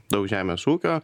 daug žemės ūkio